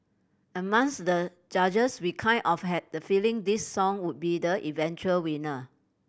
amongst the judges we kind of had the feeling this song would be the eventual winner